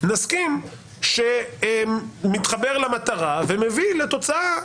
נסכים שמתחבר למטרה ומביא לתוצאה.